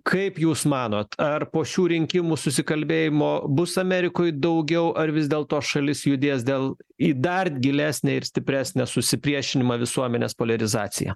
kaip jūs manot ar po šių rinkimų susikalbėjimo bus amerikoj daugiau ar vis dėlto šalis judės dėl į dar gilesnę ir stipresnę susipriešinimą visuomenės poliarizaciją